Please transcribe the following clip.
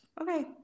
okay